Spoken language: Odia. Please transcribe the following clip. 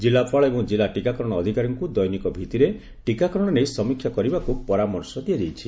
ଜିଲ୍ଲାପାଳ ଏବଂ ଜିଲ୍ଲା ଟିକାକରଣ ଅଧିକାରୀଙ୍କୁ ଦୈନିକ ଭିଭିରେ ଟିକାକରଣ ନେଇ ସମୀକ୍ଷା କରିବାକୁ ପରାମର୍ଶ ଦିଆଯାଇଛି